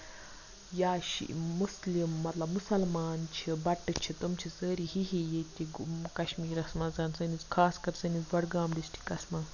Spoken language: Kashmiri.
یا شی مُسلِم مطلب مُسلمَان چھِ بَٹہٕ چھِ تِم چھِ سٲری ہِہی ییٚتہِ کَشمیٖرَس منٛز سٲنِس خاص کر سٲنِس بڈگام ڈِسٹرکس منٛز